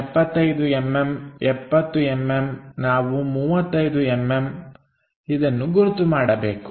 75mm 70mm ನಾವು 35mm ಇದನ್ನು ಗುರುತು ಮಾಡಬೇಕು